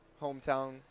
hometown